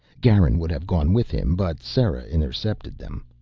garin would have gone with him, but sera intercepted them.